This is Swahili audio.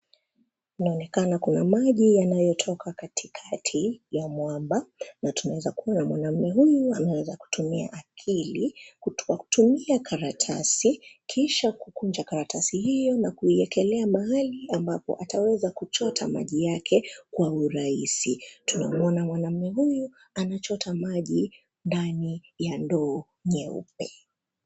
Inaonekana kuna maji yanayotoka katikati ya mwamba na tunaweza kuona mwanamume huyu anaweza kutumia akili, kutoka kutumia karatasi kisha kukunja karatasi hiyo na kuiekelea mahali ambapo ataweza kuchota maji yake kwa urahisi. Tunamwona mwanamume huyu anachota maji ndani ya ndoo nyeupe.